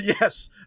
Yes